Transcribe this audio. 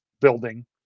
building